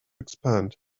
expand